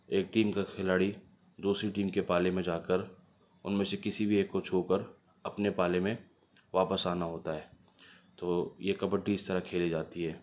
ایک ٹیم کا کھلاڑی دوسری ٹیم کے پالے میں جا کر ان میں کسی ایک کو بھی چھو کر اپنے پالے میں واپس آنا ہوتا ہے تو یہ کبڈی اس طرح کھیلی جاتی ہے